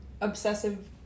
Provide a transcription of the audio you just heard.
obsessive